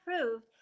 approved